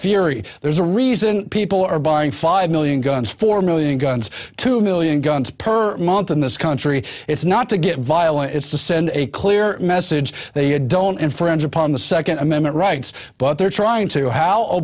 fieri there's a reason people are buying five million guns four million guns two million guns per month in this country it's not to get violent it's to send a clear message they don't infringe upon the second amendment rights but they're trying to